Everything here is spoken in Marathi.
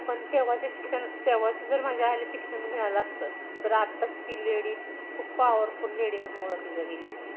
पण तेव्हाचे शिक्षण तेव्हाचं जर माझ्या आईला शिक्षण मिळालं असतं तर आत्ताची ती लेडी खूप पावरफुल लेडी म्हणून ओळखली जा गेली असती